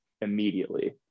immediately